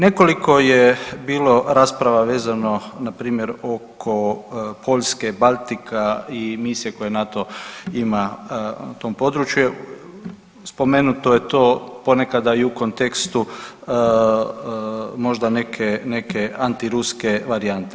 Nekoliko je bilo rasprava vezano npr. oko Poljske, Baltika i misije koje NATO ima na tom području, spomenuto je to ponekada i u kontekstu možda neke antiruske varijante.